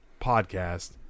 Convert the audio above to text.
podcast